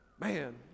Man